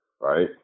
Right